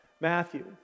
Matthew